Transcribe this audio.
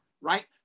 right